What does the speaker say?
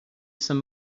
some